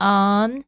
on